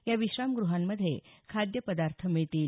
या विश्रामगृहांमध्ये खाद्य पदार्थ मिळतील